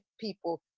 people